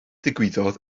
ddigwyddodd